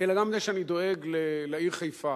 אלא גם מפני שאני דואג לעיר חיפה.